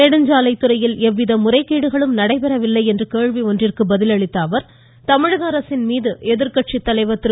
நெடுஞ்சாலைத்துறையில் எவ்வித முறைகேடுகளும் நடைபெறவில்லை என்று கேள்வி ஒன்றிற்கு பதிலளித்த அவர் தமிழக அரசின் மீது எதிர்க்கட்சித் தலைவர் திரு